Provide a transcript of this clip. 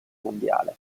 mondiale